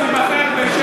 רק אם "הארץ" יימכר בשקל,